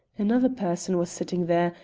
another person was sitting there,